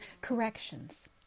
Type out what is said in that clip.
Corrections